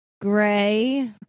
Gray